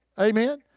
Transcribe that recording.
Amen